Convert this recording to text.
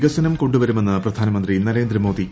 വികസനം കൊണ്ടു വരുമെന്ന് പ്രധാനമന്ത്രി നരേന്ദ്രമോദി